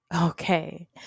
Okay